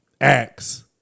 acts